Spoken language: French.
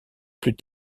plus